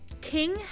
King